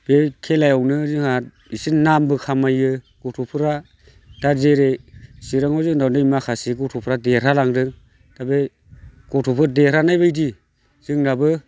बे खेलायावनो जोंहा इसे नामबो खामायो गथ'फोरा दा जेरै सिराङाव जोंनाव दि माखासे गथ'फ्रा देरहालांदों दा बे गथ'फोर देरहानाय बायदि जोंनाबो